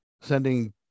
sending